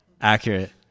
Accurate